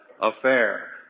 affair